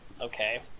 okay